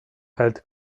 held